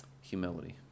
Humility